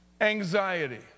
anxiety